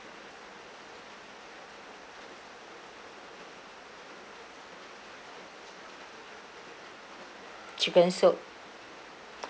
chicken soup